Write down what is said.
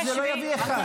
יוראי, זה לא יביא אחד.